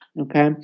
okay